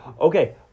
okay